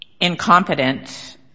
incompetent